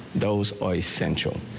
those are essential.